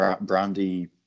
Brandy